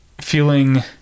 feeling